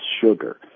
sugar